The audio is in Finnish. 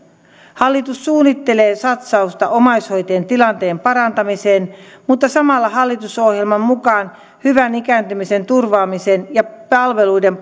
hallitus suunnittelee satsausta omaishoitajien tilanteen parantamiseen mutta samalla hallitusohjelman mukaan hyvän ikääntymisen turvaamisen ja palveluiden